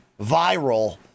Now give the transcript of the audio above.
viral